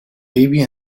baby